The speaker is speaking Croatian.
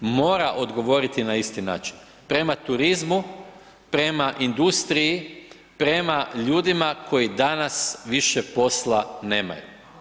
Mora odgovoriti na isti način, prema turizmu, prema industriji, prema ljudima koji danas više posla nemaju.